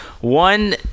One